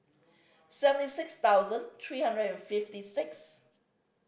seventy six thousand three hundred and fifty six